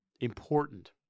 important